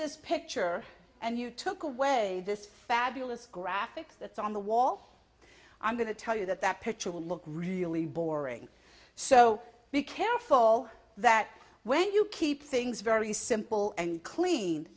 this picture and you took away this fabulous graphics that's on the wall i'm going to tell you that that picture will look really boring so be careful that when you keep things very simple and clean